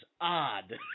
odd